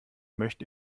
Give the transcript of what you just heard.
möchte